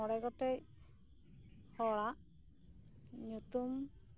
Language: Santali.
ᱢᱚᱬᱮ ᱜᱚᱴᱮᱡ ᱦᱚᱲᱟᱜ ᱧᱩᱛᱩᱢ